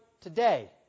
today